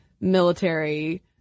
military